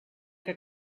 que